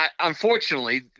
Unfortunately